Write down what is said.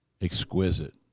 exquisite